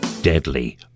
Deadly